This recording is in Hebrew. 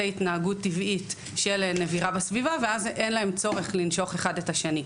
התנהגות טבעית של נבירה בסביבה ואז אין להם צורך לנשוך אחד את השני.